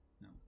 No